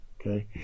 okay